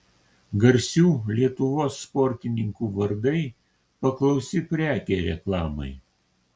garsių lietuvos sportininkų vardai paklausi prekė reklamai